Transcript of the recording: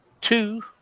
Two